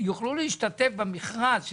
שיוכלו להשתתף במכרז,